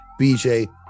bj